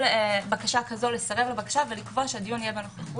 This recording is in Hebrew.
בקשה כזה לסרב לבקשה ולקבוע שהדיון יהיה בנוכחות.